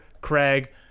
craig